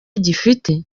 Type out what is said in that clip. gifite